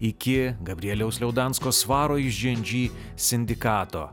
iki gabrieliaus liaudansko svaro iš džy en džy sindikato